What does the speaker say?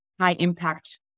high-impact